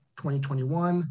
2021